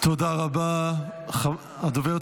תודה רבה, אדוני.